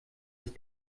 sich